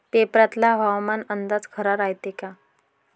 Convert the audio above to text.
पेपरातला हवामान अंदाज खरा रायते का?